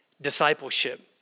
discipleship